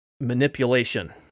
manipulation